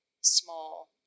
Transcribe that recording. small